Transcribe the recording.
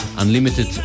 Unlimited